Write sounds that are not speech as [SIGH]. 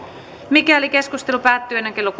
mikäli keskustelu päättyy ennen kello [UNINTELLIGIBLE]